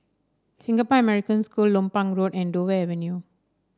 Singapore American School Lompang Road and Dover Avenue